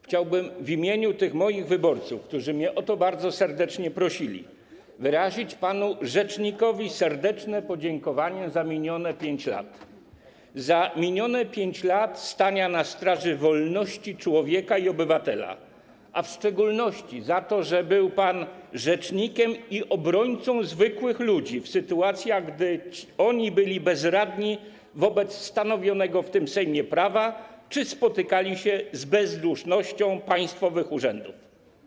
Chciałbym w imieniu tych moich wyborców, którzy mnie o to bardzo serdecznie prosili, wyrazić serdeczne podziękowanie panu rzecznikowi za minione 5 lat, za minione 5 lat stania na straży wolności człowieka i obywatela, a w szczególności za to, że był pan rzecznikiem i obrońcą zwykłych ludzi w sytuacjach, gdy oni byli bezradni wobec stanowionego w tym Sejmie prawa czy spotykali się z bezdusznością państwowych urzędów.